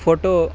photo